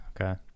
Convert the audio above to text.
Okay